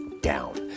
down